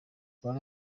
abari